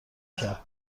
کرد